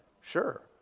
Sure